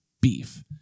beef